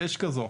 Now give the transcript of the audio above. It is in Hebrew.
ויש כזו,